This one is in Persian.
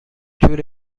تور